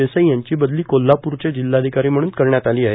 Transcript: देसाई यांची बदली कोल्हापूरचे जिल्हाधिकारी म्हणून करण्यात आली आहे